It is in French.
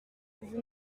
vous